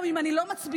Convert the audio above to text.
גם אם אני לא מצביעה,